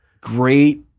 Great